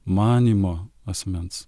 manymo asmens